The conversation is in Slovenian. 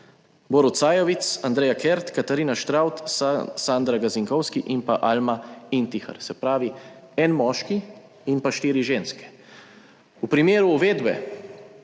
Borut Sajovic, Andreja Kert, Katarina Štravs, Sandra Gazinkovsk in pa Alma Intihar. Se pravi, en moški in pa štiri ženske. V primeru uvedbe